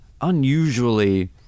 unusually